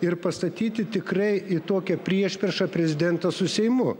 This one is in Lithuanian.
ir pastatyti tikrai į tokią priešpriešą prezidentą su seimu